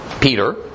Peter